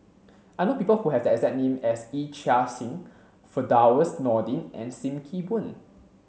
I know people who have the exact name as Yee Chia Hsing Firdaus Nordin and Sim Kee Boon